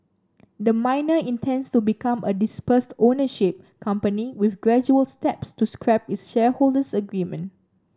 the miner intends to become a dispersed ownership company with gradual steps to scrap its shareholders agreement